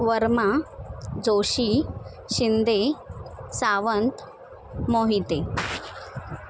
Verma Joshi Shinde Sawant Mohite